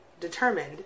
determined